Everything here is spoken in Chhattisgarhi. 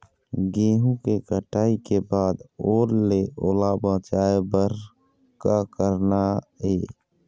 गेहूं के कटाई के बाद ओल ले ओला बचाए बर का करना ये?